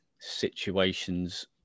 situations